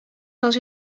dans